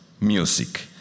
music